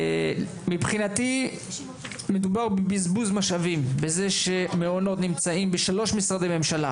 מבחינתי מדובר בבזבוז משאבים בזה שמעונות נמצאים בשלוש משרדי ממשלה,